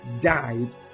died